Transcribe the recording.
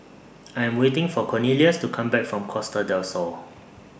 I'm waiting For Cornelius to Come Back from Costa Del Sol